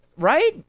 right